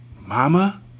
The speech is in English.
Mama